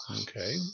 Okay